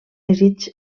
desig